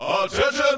Attention